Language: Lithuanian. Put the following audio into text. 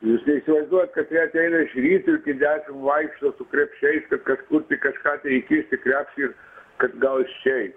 jūs neįsivaizduojat katrie ateina iš ryto iki dešim vaikšto su krepšiais kažkur tai kažką tai įkišt į krepšį ir kad gal išei